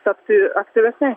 tapti aktyvesnei